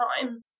time